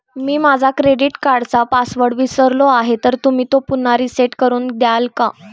मी माझा क्रेडिट कार्डचा पासवर्ड विसरलो आहे तर तुम्ही तो पुन्हा रीसेट करून द्याल का?